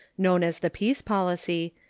known as the peace policy,